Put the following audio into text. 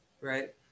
right